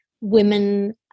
women